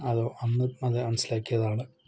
അതോ അന്ന് അത് മനസ്സിലാക്കിയതാണ്